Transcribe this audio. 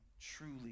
truly